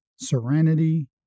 serenity